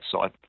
side